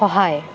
সহায়